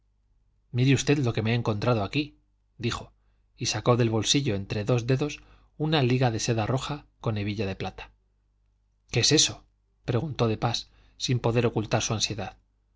mire usted lo que me encontrado aquí dijo y sacó del bolsillo entre dos dedos una liga de seda roja con hebilla de plata qué es eso preguntó de pas sin poder ocultar su ansiedad